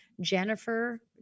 Jennifer